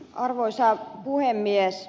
arvoisa puhemies